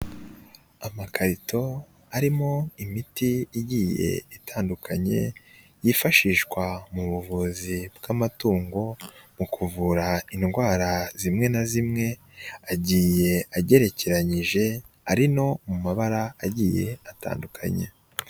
Amakarito arimo imiti igiye itandukanye yifashishwa mu buvuzi bw'amatungo mu kuvura indwara zimwe na zimwe agiye agerekeranyije ari no mu mabara agiye atandukanye.